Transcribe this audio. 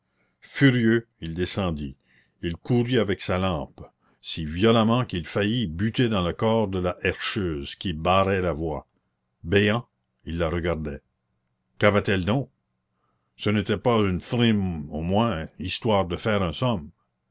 furieux il descendit il courut avec sa lampe si violemment qu'il faillit buter dans le corps de la herscheuse qui barrait la voie béant il la regardait qu'avait-elle donc ce n'était pas une frime au moins histoire de faire